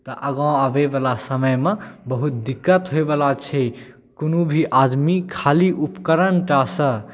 तऽ आगाँ आबैवला समयमे बहुत दिक्कत होइवला छै कोनो भी आदमीके खाली उपकरणटासँ